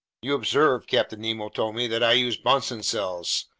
you observe, captain nemo told me, that i use bunsen cells,